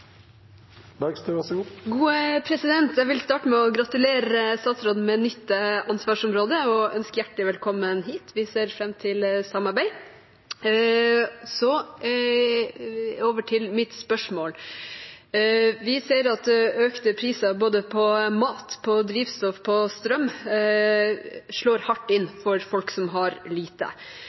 Jeg vil starte med å gratulere statsråden med nytt ansvarsområde og ønske hjertelig velkommen hit. Vi ser fram til samarbeid. Så er vi over til mitt spørsmål: Vi ser at økte priser både på mat, på drivstoff og på strøm slår hardt inn for folk som har lite.